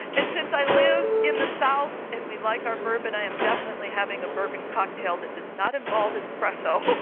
and since i live in the south and we like our bourbon, i am definitely having a bourbon cocktail that does not involve espresso